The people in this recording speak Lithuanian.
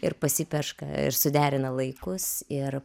ir pasiperška ir suderina laikus ir